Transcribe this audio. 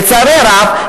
לצערי הרב,